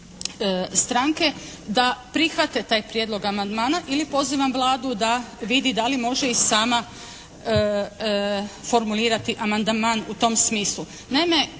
da prihvate taj prijedlog amandmana ili pozivam Vladu da vidi da li može i sama formulirati amandman u tom smislu.